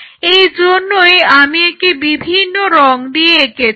সেই জন্যই আমি একে বিভিন্ন রং দিয়ে এঁকেছি